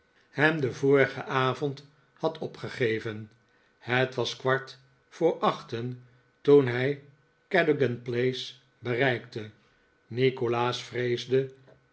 hem den vorigen avond had opgegeven het was kwart voor achten toen hij cadogan place bereikte nikolaas